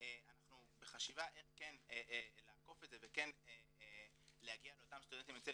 אנחנו בחשיבה איך כן לעקוף את זה וכן להגיע לאותם סטודנטים יוצאי